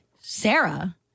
Sarah